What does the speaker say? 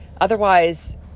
Otherwise